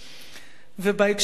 בהקשר של מנהיגות,